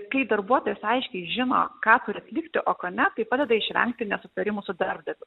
kai darbuotojas aiškiai žino ką turi atlikti o ko ne tai padeda išvengti nesutarimų su darbdaviu